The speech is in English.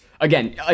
Again